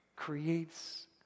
creates